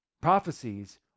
Prophecies